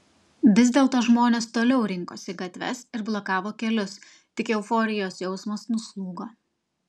vis dėlto žmonės toliau rinkosi į gatves ir blokavo kelius tik euforijos jausmas nuslūgo